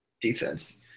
defense